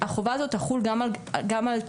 החובה הזו תחול גם על תלמידים.